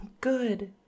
good